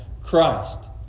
Christ